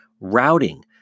routing